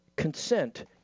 Consent